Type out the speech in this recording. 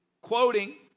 quoting